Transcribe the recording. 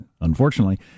unfortunately